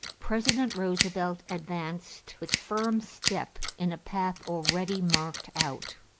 president roosevelt advanced with firm step in a path already marked out.